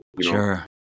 Sure